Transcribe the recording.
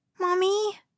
Mommy